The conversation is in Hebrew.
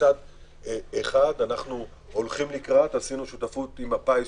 מצד אחד עשינו שותפות עם הפיס,